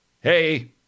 Hey